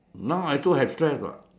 now I also have stress what